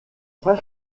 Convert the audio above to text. frère